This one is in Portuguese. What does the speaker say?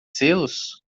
selos